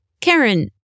Karen